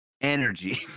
energy